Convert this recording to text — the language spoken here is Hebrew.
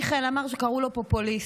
מיכאל אמר שקראו לו "פופוליסט".